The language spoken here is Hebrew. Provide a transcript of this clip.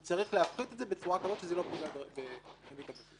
הוא צריך לעשות את זה בצורה כזאת שזה לא פוגע בריבית הבסיס.